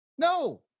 No